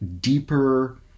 deeper